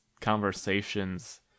conversations